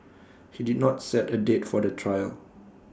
he did not set A date for the trial